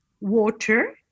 water